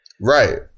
Right